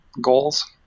goals